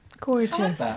gorgeous